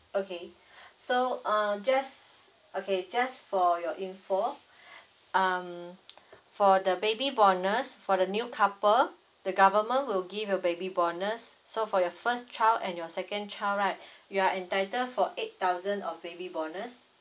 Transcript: okay so uh just okay just for your info um for the baby bonus for the new couple the government will give you baby bonus so for your first child and your second child right you are entitle for eight thousand of baby bonus